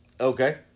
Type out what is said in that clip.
Okay